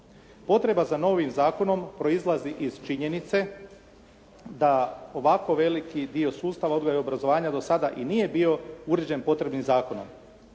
Potreba za novim zakonom proizlazi iz činjenice da ovako veliki dio sustava odgoja i obrazovanja do sada i nije bio uređen potrebnim zakonom,